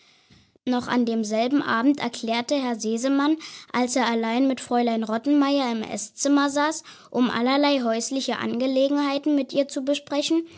noch an demselben abend erklärte herr sesemann als er allein mit fräulein rottenmeier im esszimmer saß um allerlei häusliche angelegenheiten mit ihr zu besprechen